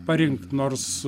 parinkt nors